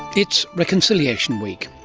it's reconciliation week.